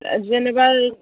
जेनोबा